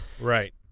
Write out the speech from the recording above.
Right